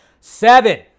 Seven